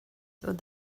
with